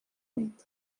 nit